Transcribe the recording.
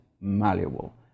malleable